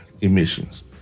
emissions